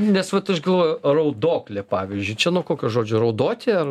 nes vat aš galvoju raudoklė pavyzdžiui čia nuo kokio žodžio raudoti ar